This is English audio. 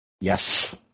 Yes